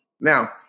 Now